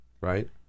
right